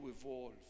evolve